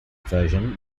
version